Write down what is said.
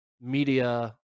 media